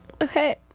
Okay